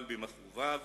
אבל במכאוביו